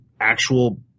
actual